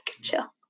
chill